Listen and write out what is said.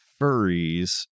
furries